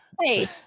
Hey